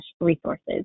resources